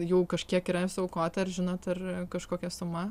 jau kažkiek yra suaukota ar žinot ar kažkokia suma